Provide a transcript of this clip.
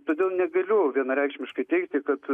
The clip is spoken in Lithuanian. todėl negaliu vienareikšmiškai teigti kad